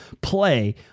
play